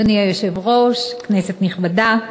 אדוני היושב-ראש, כנסת נכבדה,